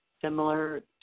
similar